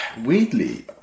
Weirdly